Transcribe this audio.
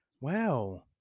Wow